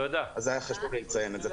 היה חשוב לי לציין את זה.